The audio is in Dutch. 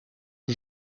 een